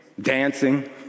dancing